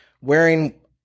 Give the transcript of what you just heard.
Wearing